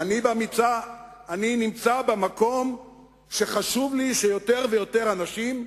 אני נמצא במקום שחשוב לי שיותר ויותר אנשים,